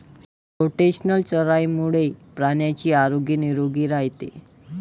rotational चराईमुळे प्राण्यांचे आरोग्य निरोगी राहते